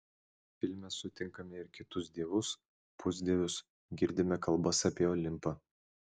filme sutinkame ir kitus dievus pusdievius girdime kalbas apie olimpą